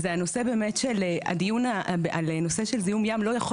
זה הנושא הזה שהדיון על נושא של זיהום ים לא יכול